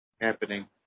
happening